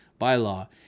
bylaw